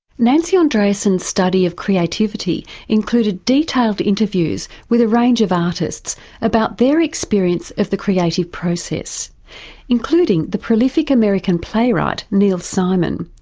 nancy andreasen's study of creativity included detailed interviews with a range of artists about their experience of the creative process including the prolific american playwright neil simon.